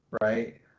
right